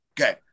Okay